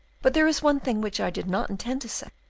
but there is one thing which i did not intend to say,